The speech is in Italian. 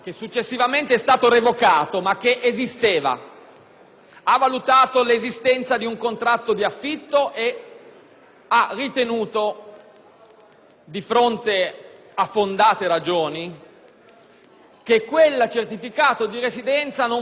Ha valutato l'esistenza di un contratto di affitto ed ha ritenuto, di fronte a fondate ragioni, che quel certificato di residenza non fosse valido e che il requisito soggettivo mancasse.